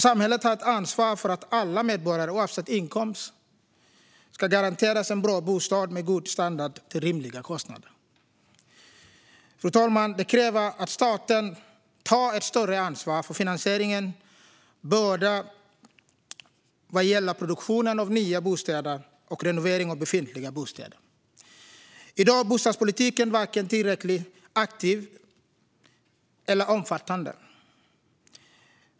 Samhället har ett ansvar för att alla medborgare, oavsett inkomst, garanteras en bra bostad med god standard till rimliga kostnader. Det kräver att staten tar ett större ansvar för finansieringen både vad gäller produktionen av nya bostäder och renoveringen av befintliga bostäder. I dag är bostadspolitiken varken tillräckligt aktiv eller omfattande.